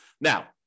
Now